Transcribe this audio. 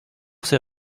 ces